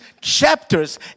chapters